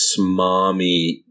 smarmy